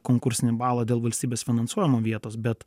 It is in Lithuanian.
konkursinį balą dėl valstybės finansuojamų vietos bet